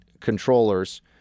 controllers